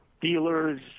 dealers